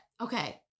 okay